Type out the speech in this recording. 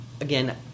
Again